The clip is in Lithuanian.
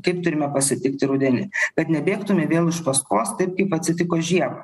kaip turime pasitikti rudenį kad nebėgtume vėl iš paskos taip kaip atsitiko žiemą